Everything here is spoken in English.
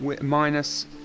Minus